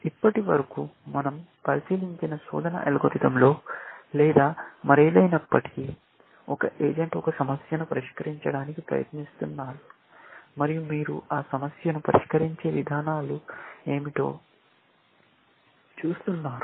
ఇప్పటివరకు మన০ పరిశీలించిన శోధన అల్గోరిథంలో లేదా మరేదైనప్పటికీ ఒక ఏజెంట్ ఒక సమస్యను పరిష్కరించడానికి ప్రయత్నిస్తున్నాడు మరియు మీరు ఆ సమస్యను పరిష్కరించే విధానాలు ఏమిటో చూస్తున్నారు